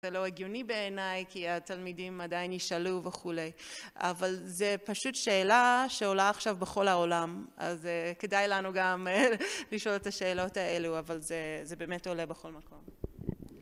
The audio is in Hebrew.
זה לא הגיוני בעיניי כי התלמידים עדיין נשאלו וכולי, אבל זה פשוט שאלה שעולה עכשיו בכל העולם אז כדאי לנו גם לשאול את השאלות האלו, אבל זה באמת עולה בכל מקום